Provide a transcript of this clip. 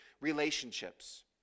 relationships